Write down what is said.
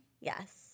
yes